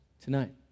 Tonight